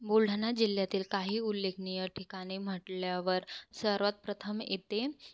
बुलढाणा जिल्ह्यातील काही उल्लेखनीय ठिकाणे म्हटल्यावर सर्वात प्रथम येते